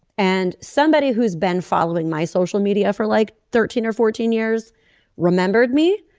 and somebody who's been following my social media for like thirteen or fourteen years remembered me.